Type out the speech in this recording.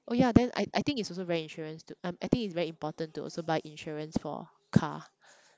oh ya then I I think it's also very insurance to um I think it's very important to also buy insurance for car